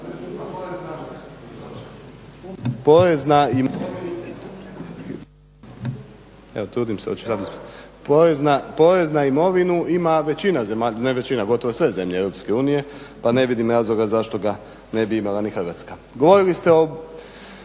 porez na imovinu ima većina zemalja, ne većina gotovo sve zemlje EU pa ne vidim razloga zašto ga ne bi imala ni Hrvatska. Govorili ste o